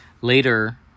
Later